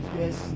yes